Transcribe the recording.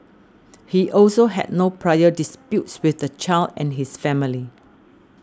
he also had no prior disputes with the child and his family